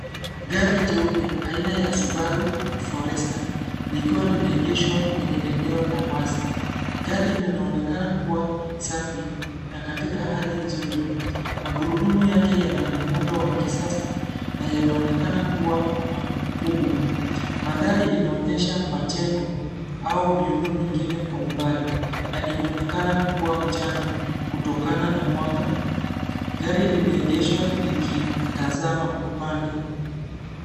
Gari jeupe aina ya subaru forester likiwa limeegeshwa kwenye eneo la wazi. Gari linaonekana kuwa safi na katika hali nzuri. Magurudumu yake yana muundo wa kisasa na yanaonekana kuwa makubwa . Mandhari inaonyesha majengo au miundo mingine kwa umbali na inaonekana kuwa mchana kutokana na mwanga. Gari limeeegeshwa likitazama upande.